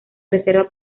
reserva